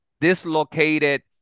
dislocated